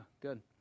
good